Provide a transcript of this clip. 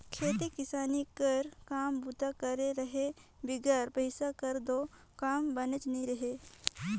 खेती किसानी कर काम बूता कर रहें बिगर पइसा कर दो काम बननेच नी हे